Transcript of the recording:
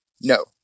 No